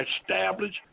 establish